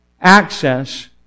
Access